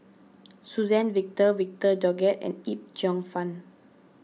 Suzann Victor Victor Doggett and Yip Cheong Fun